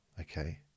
Okay